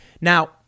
Now